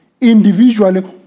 individually